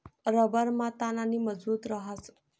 रबरमा ताण आणि मजबुती रहास